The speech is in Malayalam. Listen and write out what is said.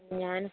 ഞാൻ